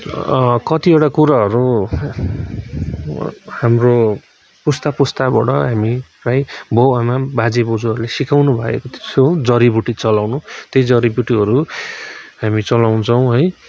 कतिवटा कुराहरू हाम्रो पुस्ता पुस्ताबाट हामी प्रायः बाबुआमा बाजेबोजुहरूले सिकाउनु भएको थियो जरीबुटी चलाउनु त्यही जरीबुटीहरू हामी चलाउँछौँ है